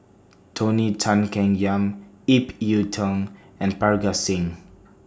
Tony Tan Keng Yam Ip Yiu Tung and Parga Singh